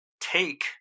take